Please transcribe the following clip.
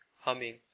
humming